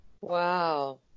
Wow